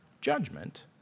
judgment